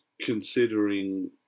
considering